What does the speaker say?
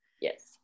yes